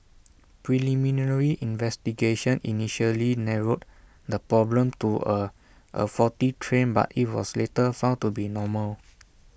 preliminary investigation initially narrowed the problem to A a faulty train but IT was later found to be normal